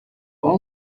all